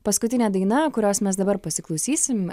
paskutinė daina kurios mes dabar pasiklausysim